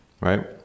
right